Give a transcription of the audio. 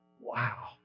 wow